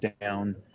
down